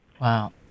Wow